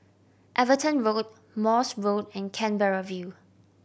Everton Road Morse Road and Canberra View